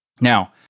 now